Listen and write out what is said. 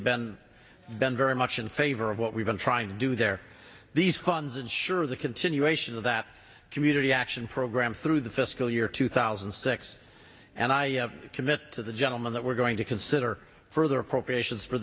been been very much in favor of what we've been trying to do there these funds ensure the continuation of that community action program through the fiscal year two thousand and six and i commit to the gentleman that we're going to consider further appropriations for